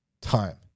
time